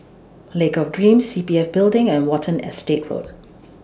Lake of Dreams C P F Building and Watten Estate Road